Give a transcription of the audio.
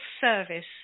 service